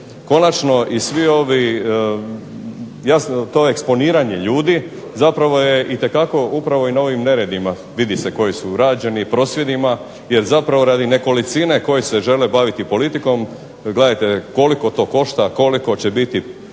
Konačno i svi ovi, jasno to eksponiranje ljudi zapravo je itekako upravo i na ovim neredima vidi se koji su rađeni, prosvjedima jer zapravo radi nekolicine koji se žele baviti politikom, gledajte koliko to košta, koliko će biti